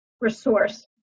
resource